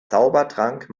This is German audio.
zaubertrank